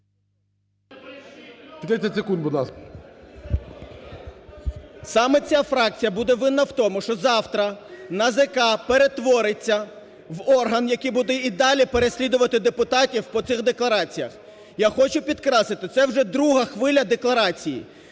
Саме ця фракція буде винна в тому, що завтра НАЗК перетвориться в орган, який буде і далі переслідувати депутатів по цих деклараціях. Я хочу підкреслити, це вже друга хвиля декларацій.